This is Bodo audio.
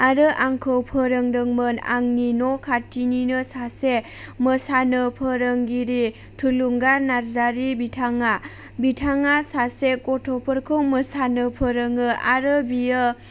आरो आंखौ फोरोंदोंमोन आंनि न' खाथिनिनो सासे मोसानो फोरोंगिरि थुलुंगा नारजारि बिथाङा बिथाङा सासे गथ'फोरखौ मोसानो फोरोङो आरो बियो